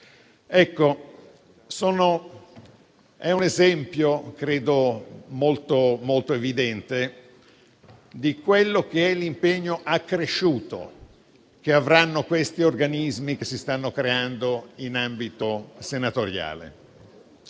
detto. È un esempio credo molto evidente di quello che è l'impegno accresciuto che avranno questi organismi che si stanno creando in ambito senatoriale